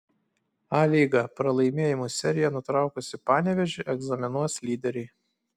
a lyga pralaimėjimų seriją nutraukusį panevėžį egzaminuos lyderiai